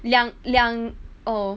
两两 oh